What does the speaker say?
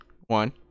One